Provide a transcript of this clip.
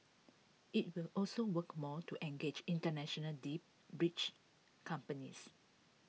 IT will also work more to engage International deep breach companies